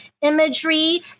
imagery